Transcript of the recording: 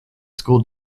school